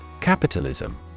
Capitalism